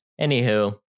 Anywho